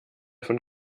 von